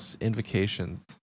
invocations